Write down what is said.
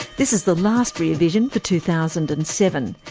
this is the last rear vision for two thousand and seven.